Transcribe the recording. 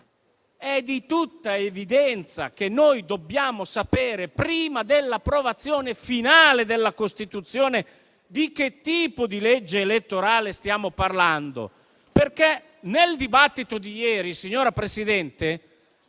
È di tutta evidenza che noi dobbiamo sapere prima dell'approvazione finale della Costituzione di che tipo di legge elettorale stiamo parlando. Nel dibattito di ieri, infatti, signora Presidente,